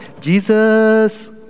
Jesus